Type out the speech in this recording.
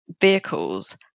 vehicles